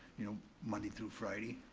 you know monday through friday.